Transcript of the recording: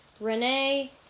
Renee